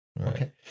okay